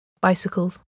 bicycles